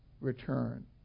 return